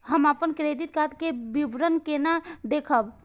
हम अपन credit card के विवरण केना देखब?